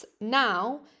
now